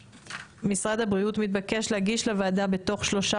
משרד הבריאות מתבקש להגיש לוועדה בתוך שלושה